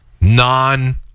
non